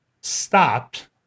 stopped